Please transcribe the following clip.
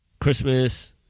Christmas